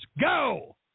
go